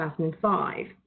2005